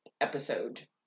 episode